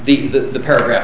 the the paragraph